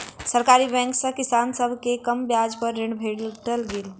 सरकारी बैंक सॅ किसान सभ के कम ब्याज पर ऋण भेट गेलै